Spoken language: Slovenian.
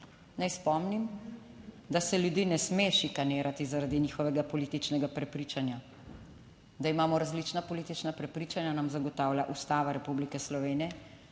Naj spomnim, da se ljudi ne sme šikanirati zaradi njihovega političnega prepričanja. Da imamo različna politična prepričanja nam zagotavlja Ustava Republike Slovenije,